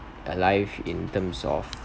alive in terms of